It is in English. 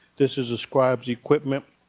this is a scribes equipment.